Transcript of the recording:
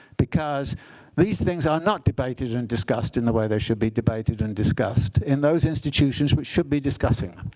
because these things are not debated and discussed in the way they should be debated and discussed in those institutions which should be discussing